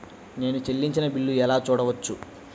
నేను చెల్లించిన బిల్లు ఎలా చూడవచ్చు?